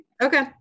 Okay